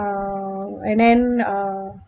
uh and then uh